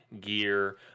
gear